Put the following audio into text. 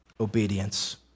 obedience